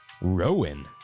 Rowan